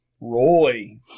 Roy